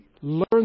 learn